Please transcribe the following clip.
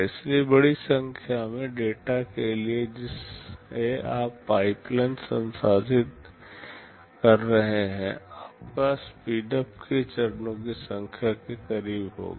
इसलिए बड़ी संख्या में डेटा के लिए जिसे आप पाइपलाइन संसाधित कर रहे हैं आपका स्पीडअप k चरणों की संख्या के करीब होगा